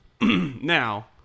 Now –